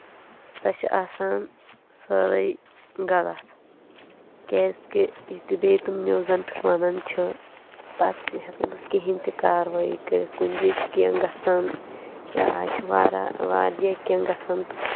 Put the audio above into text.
سۄ چھِ آسان سٲرٕے غلط کیٛازِ کہِ یہِ تہِ بیٚیہِ تِم نِوزَن پٮ۪ٹھ وَنَان چھِ پَتہٕ مےٚ ہٮ۪کَن نہٕ کِہیٖنۍ تہِ کاروٲیی کٔرِتھ کُنہِ جایہِ چھِ کینٛہہ گژھان یا آز چھِ واریاہ واریاہ کینٛہہ گژھان